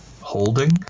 holding